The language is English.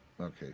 okay